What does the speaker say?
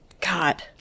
God